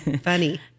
Funny